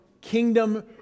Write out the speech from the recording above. kingdom